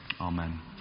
Amen